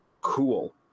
Cool